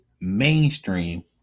mainstream